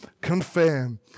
confirm